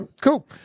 Cool